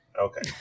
Okay